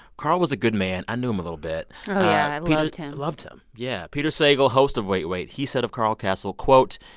carl was a good man. i knew him a little bit. oh, yeah. i loved him loved him. yeah. peter sagal, host of wait wait. he said of carl kasell, quote,